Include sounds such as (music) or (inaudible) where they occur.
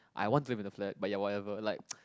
I want to be in the flat but ya whatever like (noise)